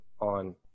on